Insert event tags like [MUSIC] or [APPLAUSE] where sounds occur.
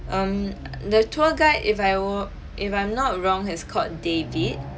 um [NOISE] the tour guide if I were if I'm not wrong he's called david